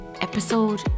episode